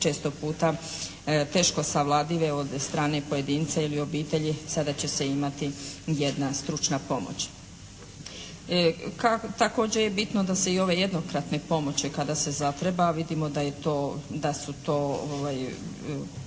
često puta teško savladive od strane pojedinca ili obitelji sada će se imati jedna stručna pomoć. Također je bitno da se i ove jednokratne pomoći kada se zatreba, vidimo da su to